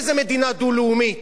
איזה מדינה דו-לאומית?